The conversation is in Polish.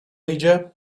idzie